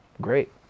great